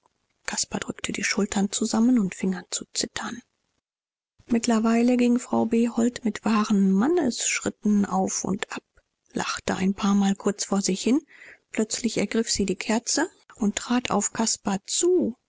caspar drückte die schultern zusammen und fing an zu zittern mittlerweile ging frau behold mit wahren mannesschritten auf und ab lachte ein paarmal kurz vor sich hin plötzlich ergriff sie die kerze und trat auf caspar zu